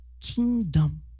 kingdom